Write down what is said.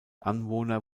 anwohner